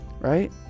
right